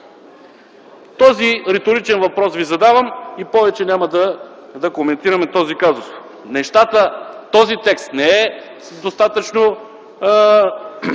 този риторичен въпрос и повече няма да коментираме този казус. Този текст не е достатъчно